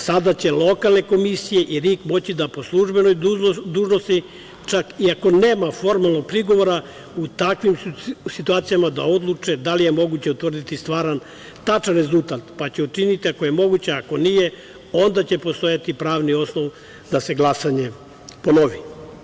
Sada će lokalne komisije i RIK moći da po službenoj dužnosti, čak i ako nema formalnog prigovora u takvim situacijama, da odluče da li je moguće utvrdi stvaran, tačan rezultat, pa će učiniti, ako je moguće, ako nije onda će postojati pravni osnov da se glasanje ponovi.